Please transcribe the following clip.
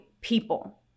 people